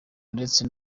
ndetse